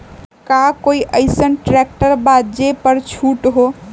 का कोइ अईसन ट्रैक्टर बा जे पर छूट हो?